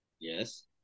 Yes